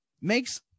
makes –